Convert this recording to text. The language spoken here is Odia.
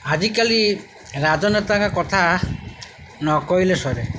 ଆଜିକାଲି ରାଜନେତାଙ୍କ କଥା ନ କହିଲେ ସରେ